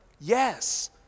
Yes